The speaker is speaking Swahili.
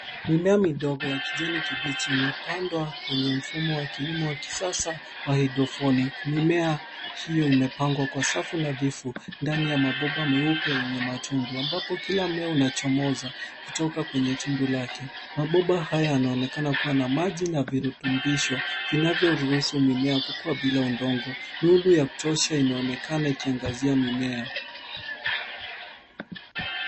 Mimea midogo ya kijani kibichi imepandwa kwenye mfumo wa kilimo wa kisasa wa hydroponiki. Mimea hiyo imepangwa kwa safu nadhifu ndani ya mabomba meupe yenye matundu ambapo kila mmea umechomoza kutoka kwenye tundu lake. Mabomba haya yanaonekana kuwa na maji na virutubisho vinavyoruhusu mimea kukua bila udongo. Nuru ya kutosha inaonekana ikiangazia mimea.